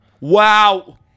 Wow